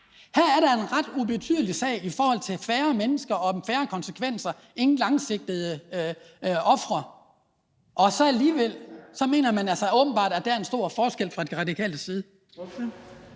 Her er der tale om en ret ubetydelig sag i forhold til færre mennesker og færre konsekvenser, ingen langsigtede ofre, og alligevel mener man altså åbenbart fra De Radikales side,